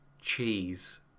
cheese